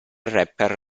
rapper